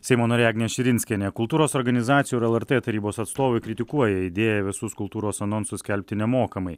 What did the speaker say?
seimo narė agnė širinskienė kultūros organizacijų ir lrt tarybos atstovai kritikuoja idėją visus kultūros anonsus skelbti nemokamai